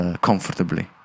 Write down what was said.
comfortably